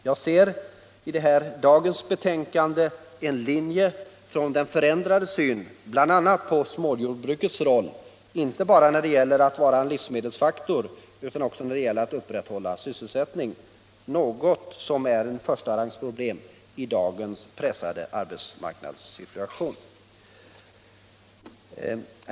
Jag ser dagens utskottsbetänkande som ett tecken på en förändrad syn bl.a. på småjordbrukets roll, inte bara som en faktor i livsmedelsförsörjningen utan också som en faktor när det gäller att upprätthålla sysselsättningen, någonting som är ett förstarangsproblem i dagens pressade arbetsmarknadssituation.